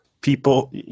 People